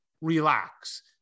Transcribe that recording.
relax